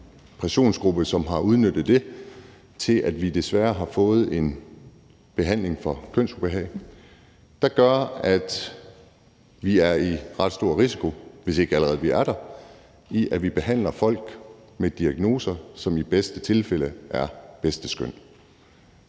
persongruppe, som har udnyttet det til, at vi desværre har fået en behandling for kønsubehag, der gør, at vi er i ret stor risiko, hvis vi ikke allerede er der, for, at vi behandler folk i forhold til diagnoser, som i bedste tilfælde er bedste skøn.